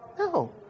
No